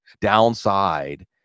downside